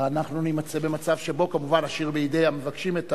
אנחנו נימצא במצב שבו כמובן נשאיר בידי המבקשים את